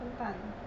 笨蛋